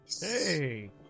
Hey